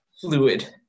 fluid